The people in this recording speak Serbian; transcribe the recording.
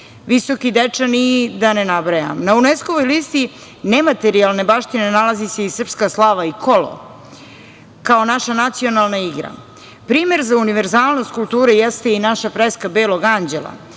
Visoki Dečani i da ne nabrajam. Na UNESKO-voj listi nematerijalne baštine nalazi se i srpska slava i kolo, kao naša nacionalna igra. Primer za univerzalnost kulture jeste i naša freska Belog Anđela